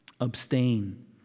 abstain